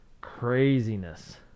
Craziness